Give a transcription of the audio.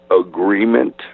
agreement